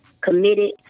committed